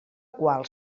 qual